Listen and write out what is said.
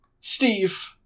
Steve